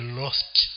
lost